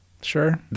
Sure